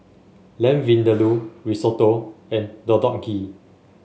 Lamb Vindaloo Risotto and Deodeok Gui